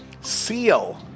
Seal